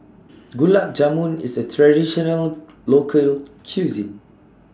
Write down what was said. Gulab Jamun IS A Traditional Local Cuisine